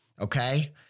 okay